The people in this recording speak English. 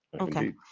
Okay